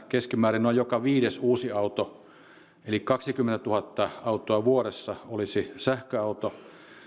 keskimäärin noin joka viides uusi auto eli kaksikymmentätuhatta autoa vuodessa olisi sähköauto